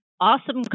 awesome